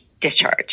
discharge